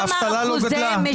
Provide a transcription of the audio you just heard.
האבטלה לא גדלה.